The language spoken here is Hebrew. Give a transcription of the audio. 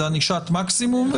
זו ענישת מקסימום,